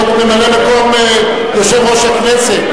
כבוד ממלא-מקום יושב-ראש הכנסת.